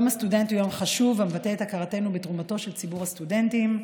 יום הסטודנט הוא יום חשוב המבטא את הכרתנו בתרומתו של ציבור הסטודנטים.